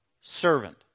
servant